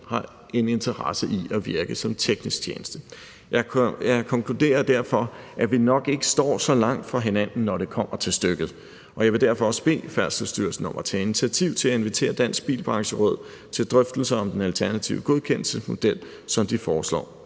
har en interesse i at virke som teknisk tjeneste. Jeg konkluderer derfor, at vi nok ikke står så langt fra hinanden, når det kommer til stykket. Jeg vil derfor også bede Færdselsstyrelsen om at tage initiativ til at invitere Dansk Bilbrancheråd til drøftelser om den alternative godkendelsesmodel, som de foreslår.